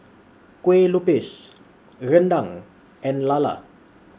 Kueh Lupis Rendang and Lala